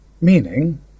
Meaning